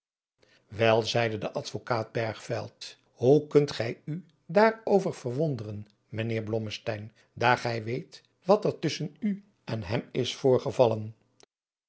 wel zeide de advokaat bergveld hoe kunt gij u daarover verwon deren mijnheer blommesteyn daar gij weet wat er tusschen u en hem is voorgevallen